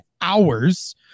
hours